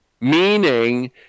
meaning